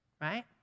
Right